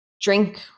drink